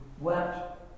wept